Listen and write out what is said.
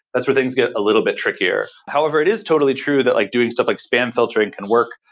that's where things get a little bit trickier. however, it is totally true that like doing stuff like spam filtering can work.